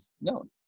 known